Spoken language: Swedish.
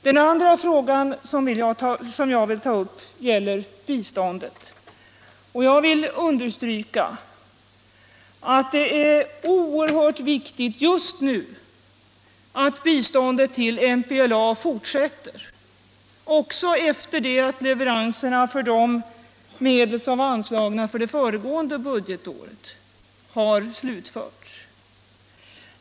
Den andra fråga som jag vill ta upp gäller biståndet, och jag vill understryka att det just nu är oerhört viktigt att biståndet till MPLA fortsätter också efter det att leveranserna för de medel som anslagits för innevarande budgetår har slutförts.